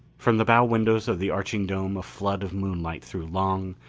from the bow windows of the arching dome a flood of moonlight threw long,